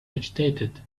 agitated